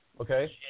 okay